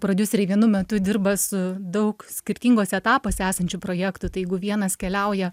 prodiuseriai vienu metu dirba su daug skirtinguose etapuose esančių projektų tai jeigu vienas keliauja